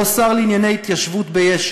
או שר לענייני התיישבות ביש"ע.